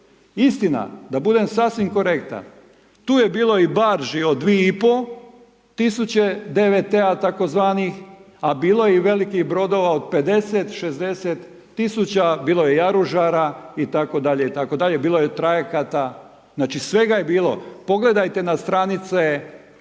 Istina, da budem sasvim korektan, tu je bilo i barži od 2,5 tisuće DVT-a tzv, a bilo je velikih brodova od 50-60 tisuća, bilo je i jaružara, itd. itd. Bilo je trajekta, znači svega je bilo. Pogledajte na stranice